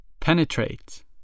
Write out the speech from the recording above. Penetrate